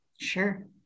Sure